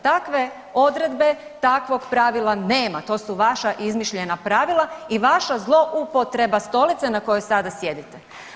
Takve odredbe takvog pravila nema, to su vaša izmišljena pravila i vaša zloupotreba stolice na kojoj sada sjedite.